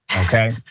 Okay